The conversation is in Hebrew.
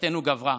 עמדתנו גברה,